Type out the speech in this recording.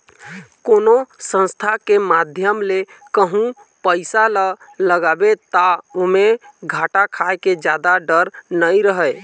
कोनो संस्था के माध्यम ले कहूँ पइसा ल लगाबे ता ओमा घाटा खाय के जादा डर नइ रहय